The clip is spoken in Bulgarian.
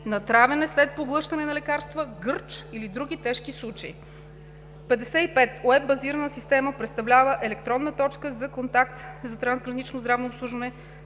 натравяне след поглъщане на лекарства, гърч или други тежки случаи. 55. „Уеб базираната система“ представлява електронна „точка за контакт“ за трансгранично здравно обслужване,